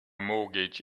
mortgage